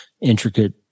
intricate